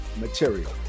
material